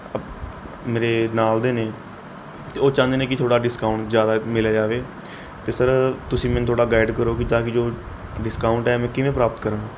up ਮੇਰੇ ਨਾਲ ਦੇ ਨੇ ਅਤੇ ਉਹ ਚਾਹੁੰਦੇ ਨੇ ਕਿ ਥੋੜ੍ਹਾ ਡਿਸਕਾਊਂਟ ਜ਼ਿਆਦਾ ਮਿਲਿਆ ਜਾਵੇ ਅਤੇ ਸਰ ਤੁਸੀਂ ਮੈਨੂੰ ਥੋੜ੍ਹਾ ਗਾਈਡ ਕਰੋ ਕਿ ਤਾਂ ਕਿ ਜੋ ਡਿਸਕਾਊਂਟ ਹੈ ਮੈਂ ਕਿਵੇਂ ਪ੍ਰਾਪਤ ਕਰਾਂ